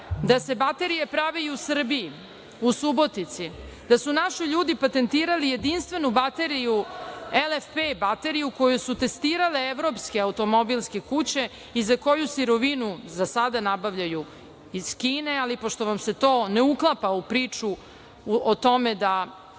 da se baterije prave i u Srbiji, u Subotici, da su naši ljudi patentirali jedinstvenu bateriju LFP bateriju koju su testirale evropske automobilske kuće i za koju sirovinu za sada nabavljaju iz Kine. Pošto vam se to ne uklapa u priču o tome da